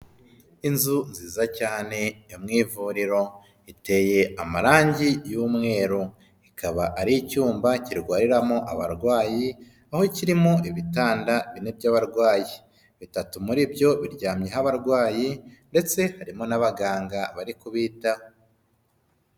Inzu nziza cyane yo mu ivuriro. Iteye amarangi y'umweru, ikaba ari icyumba kirwariramo abarwayi. Aho kirimo ibitanda bine by'abarwayi bitatu muri byo biryamyeho abarwayi ndetse harimo n'abaganga bari kubitaho.